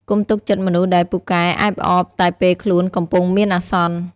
កុំទុកចិត្តមនុស្សដែលពូកែអែបអបតែពេលខ្លួនកំពុងមានអាសន្ន។